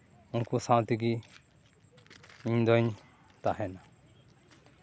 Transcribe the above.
ᱩᱱᱠᱩ ᱥᱟᱶ ᱛᱮᱜᱮ ᱤᱧᱫᱚᱹᱧ ᱛᱟᱦᱮᱱᱟ